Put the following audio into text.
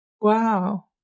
Wow